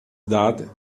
dad